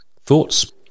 Thoughts